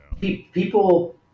People